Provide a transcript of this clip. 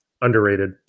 Underrated